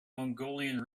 mongolian